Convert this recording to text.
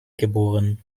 geb